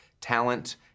talent